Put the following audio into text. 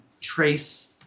Trace